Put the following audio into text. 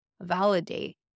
validate